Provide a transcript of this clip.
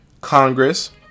Congress